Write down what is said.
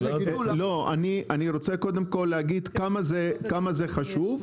אני רוצה להגיד כמה זה חשוב,